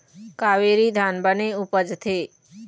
कावेरी धान बने उपजथे?